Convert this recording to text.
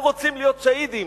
הם רוצים להיות שהידים.